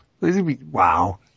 Wow